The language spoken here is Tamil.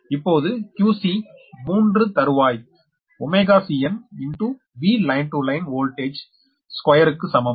இப்போது qc 3 தறுவாய் cn Vline to line voltage square க்கு சமம்